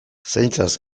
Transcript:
zaintzaz